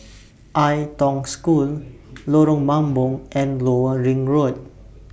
Ai Tong School Lorong Mambong and Lower Ring Road